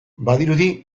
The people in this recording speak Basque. badirudi